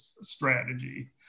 strategy